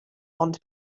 ond